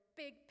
big